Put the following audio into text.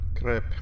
crap